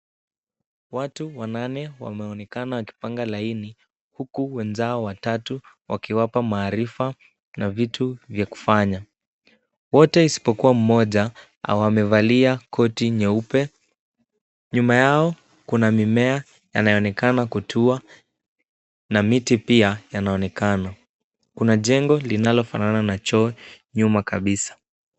Watu wanane wameonekana wakipanga laini huku wenzao watatu wakiwapa maarifa na vitu vya kufanya. Wote isipokuwa mmoja wamevalia koti nyeupe. Nyuma yao kuna mimea yanayoonekana kutua na miti pia yanaonekana. Kuna jengo linalofanana na choo nyuma kabisa.